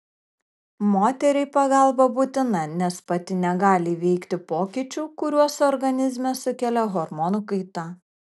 moteriai pagalba būtina nes pati negali įveikti pokyčių kuriuos organizme sukelia hormonų kaita